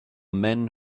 men